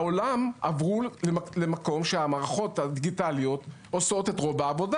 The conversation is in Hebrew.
בעולם עברו לכך שהמערכות הדיגיטליות עושות את רוב העבודה.